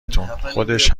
تون، خودش